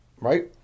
Right